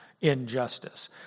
injustice